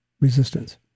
resistance